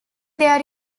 there